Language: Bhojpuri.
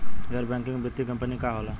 गैर बैकिंग वित्तीय कंपनी का होला?